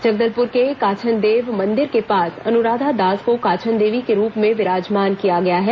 जगदलपुर के काछनदेव मंदिर के पास अनुराधा दास को काछन देवी के रूप में विराजमान किया गया है